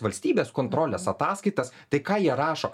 valstybės kontrolės ataskaitas tai ką jie rašo